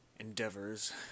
endeavors